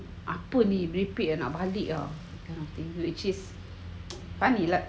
apa ni merepek nak balik ah which is funny lah